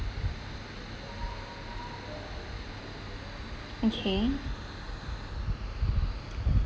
okay